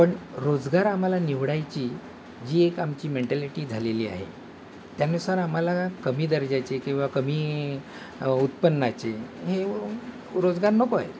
पण रोजगार आम्हाला निवडायची जी एक आमची मेंटॅलिटी झालेली आहे त्यानुसार आम्हाला कमी दर्जाचे किंवा कमी उत्पन्नाचे हे रोजगार नको आहे